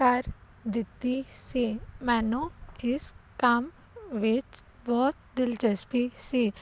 ਕਰ ਦਿੱਤੀ ਸੀ ਮੈਨੂੰ ਇਸ ਕੰਮ ਵਿੱਚ ਬਹੁਤ ਦਿਲਚਸਪੀ ਸੀ